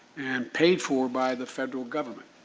and paid for by the federal government.